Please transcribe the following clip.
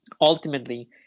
ultimately